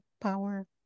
power